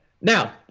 Now